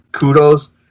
kudos